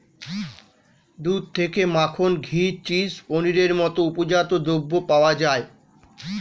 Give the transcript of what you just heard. দুধ থেকে মাখন, ঘি, চিজ, পনিরের মতো উপজাত দ্রব্য পাওয়া যায়